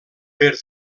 per